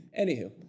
Anywho